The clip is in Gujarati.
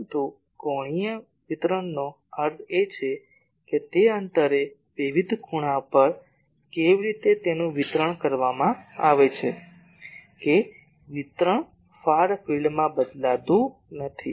પરંતુ કોણીય વિતરણનો અર્થ છે કે તે અંતરે વિવિધ ખૂણા પર કેવી રીતે તેનું વિતરણ કરવામાં આવે છે કે વિતરણ ફાર ફિલ્ડમાં બદલાતું નથી